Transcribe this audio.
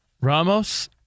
Ramos